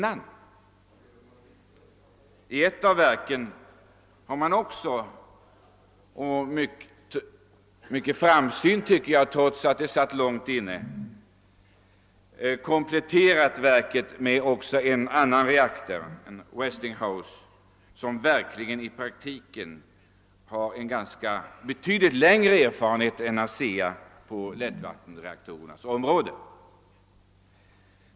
Ett av dessa verk har — i mitt tycke mycket framsynt, trots att det satt långt inne — kompletterat anläggningen med en reaktor av annan typ, nämligen från Westinghouse, som verkligen i praktiken har en betydligt längre erfarenhet än ASEA på lättvattenreaktorernas område.